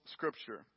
Scripture